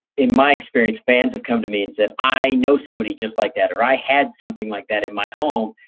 in my experience, fans have come to me and said, i know somebody just like that. or i had something like that in my home.